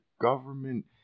government